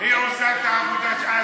אז